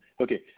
Okay